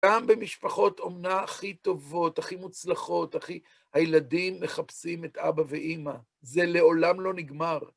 גם במשפחות אומנה הכי טובות, הכי מוצלחות, הכי.. הילדים מחפשים את אבא ואמא. זה לעולם לא נגמר.